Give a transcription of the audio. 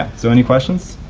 so any questions?